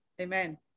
Amen